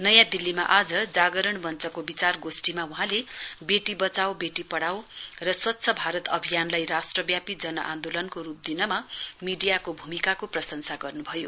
नयाँ दिल्लीमा आज जागरण मंचको विचार गोष्ठीमा वहाँले बेटी बचाओ बेटी पढाओ र स्वच्छ भारत अभियानलाई राष्ट्रव्यापी जनआन्दोलनको रूप दिनमा मीडियाको भूमिकाको प्रंशसा गर्नुभयो